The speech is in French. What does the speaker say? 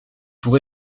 pour